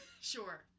sure